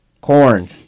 Corn